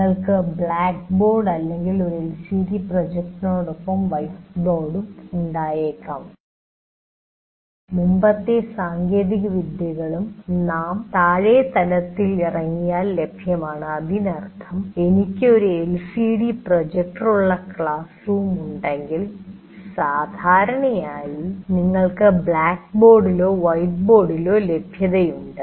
നിങ്ങൾക്ക് ഒരു ബ്ലാക്ക്ബോർഡ് അല്ലെങ്കിൽ ഒരു എൽസിഡി പ്രൊജക്ടറിനൊപ്പം വൈറ്റ് ബോർഡ് ഉണ്ടായിരിക്കാം മുമ്പത്തെ സാങ്കേതികവിദ്യകളും നാം താഴെ തലത്തിലേക്ക് ഇറങ്ങിയാൽ ലഭ്യമാണ് അതിനർത്ഥം എനിക്ക് ഒരുഎൽസിഡി പ്രൊജക്ടറുള്ളക്ലാസ് റൂം ഉണ്ടെങ്കിൽ സാധാരണയായി നിങ്ങൾക്ക് ബ്ലാക്ക് ബോർഡിലേക്കോ വൈറ്റ് ബോർഡിലേക്കോ ലഭ്യത ഉണ്ട്